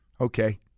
Okay